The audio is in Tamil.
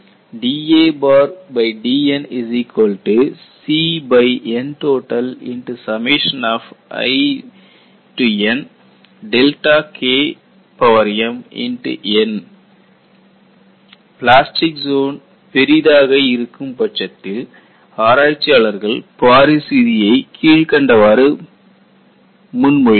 dadN CNtotinim Ni பிளாஸ்டிக் ஜோனின் அளவு பெரிதாக இருக்கும் பட்சத்தில் ஆராய்ச்சியாளர்கள் பாரிஸ் விதியை விதியை கீழ்க்கண்டவாறு முன்மொழிந்தனர்